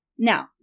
Now